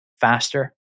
faster